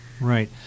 Right